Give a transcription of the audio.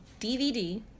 DVD